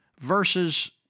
versus